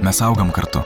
mes augam kartu